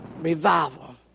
Revival